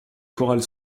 chorales